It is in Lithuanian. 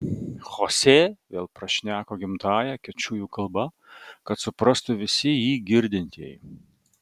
chosė vėl prašneko gimtąja kečujų kalba kad suprastų visi jį girdintieji